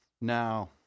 Now